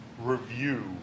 review